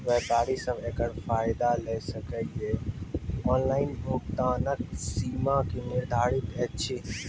व्यापारी सब एकरऽ फायदा ले सकै ये? ऑनलाइन भुगतानक सीमा की निर्धारित ऐछि?